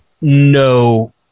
no